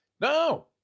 No